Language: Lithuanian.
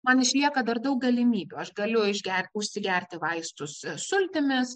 man išlieka dar daug galimybių aš galiu išgerti užsigerti vaistus sultimis